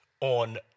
on